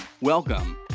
Welcome